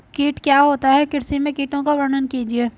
कीट क्या होता है कृषि में कीटों का वर्णन कीजिए?